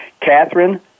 Catherine